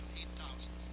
eight thousand